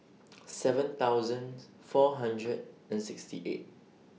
seven thousand four hundred and sixty eight